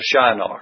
Shinar